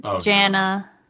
Jana